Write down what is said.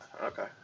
Okay